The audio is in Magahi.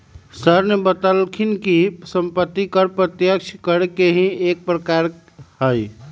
सर ने बतल खिन कि सम्पत्ति कर प्रत्यक्ष कर के ही एक प्रकार हई